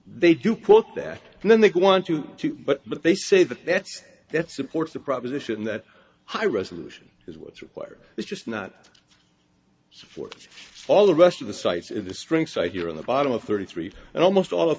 they do put that and then they want you to but but they say that that's that supports the proposition that high resolution is what's required it's just not support all the rest of the sites in the string so if you're in the bottom of thirty three and almost all of